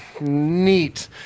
Neat